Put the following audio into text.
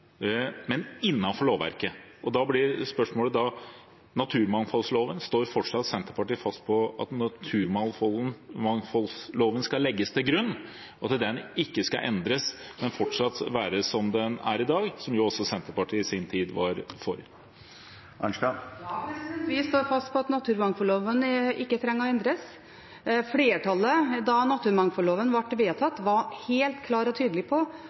men innenfor lovverket. Da blir spørsmålet: Står fortsatt Senterpartiet fast på at naturmangfoldloven skal legges til grunn, og at den ikke skal endres, men være som den er i dag, altså slik som også Senterpartiet i sin tid var for? Ja, vi står fast på at en ikke trenger å endre naturmangfoldloven. Flertallet da naturmangfoldloven var vedtatt, var helt klar og tydelig på